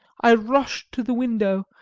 i rushed to the window,